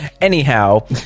anyhow